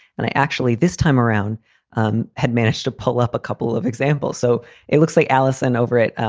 and i actually this time around um had managed to pull up a couple of examples. so it looks like alison over it.